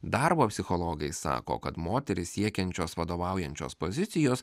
darbo psichologai sako kad moterys siekiančios vadovaujančios pozicijos